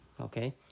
okay